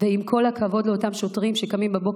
ועם כל הכבוד לאותם שוטרים שקמים בבוקר